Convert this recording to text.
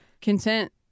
content